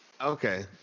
Okay